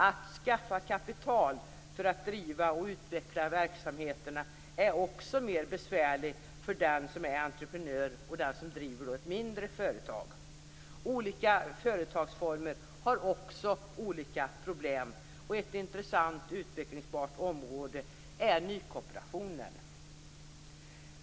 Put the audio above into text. Att skaffa kapital för att driva och utveckla verksamheterna är också mer besvärligt för den som är entreprenör och för den som driver ett mindre företag. Olika företagsformer har också olika problem. Ett intressant, utvecklingsbart område är nykooperationen.